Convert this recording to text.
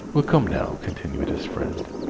well, come, now, continued his friend,